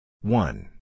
one